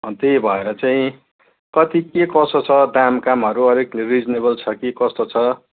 अन्त त्यही भएर चाहिँ कति के कसो छ दामकामहरू अलिक रिजनेबल छ कि कस्तो छ